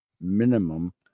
minimum